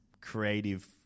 creative